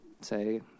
say